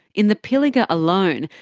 in the pilliga alone,